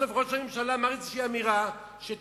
סוף-סוף ראש הממשלה אמר איזו אמירה שתואמת,